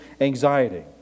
anxiety